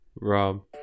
Rob